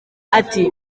ati